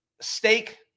steak